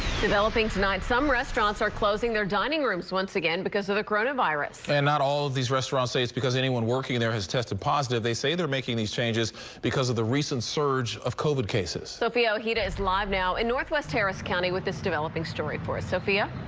developing tonight, some restaurants are closing their dining rooms once again because of the coronavirus and not all these restaurants say it's because anyone working there has tested positive. they say they're making these changes because of the recent surge of covid cases sofia ojeda is live now in northwest harris county with this developing story for sophia.